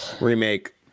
Remake